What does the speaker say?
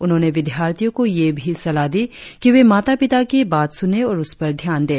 उन्होंने विद्यार्थियों को यह भी सलाह दी कि वे माता पिता की बात सुने और उस पर ध्यान दें